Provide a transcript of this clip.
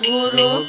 Guru